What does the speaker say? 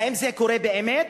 האם זה קורה באמת?